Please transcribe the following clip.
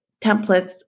templates